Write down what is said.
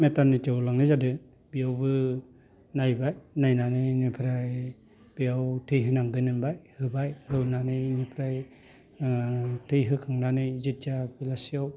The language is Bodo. मेटारनिटिआव लांनाय जादों बेयावबो नायबाय नायनानै बेनिफ्राय बेयाव थै होनांगोन होनबाय होबाय होनानै बेनिफ्राय थै होखांनानै जेथिया बेलासियाव